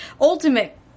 ultimate